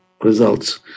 results